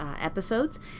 episodes